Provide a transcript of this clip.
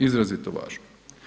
Izrazito važno.